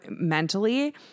mentally